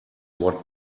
what